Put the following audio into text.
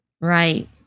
Right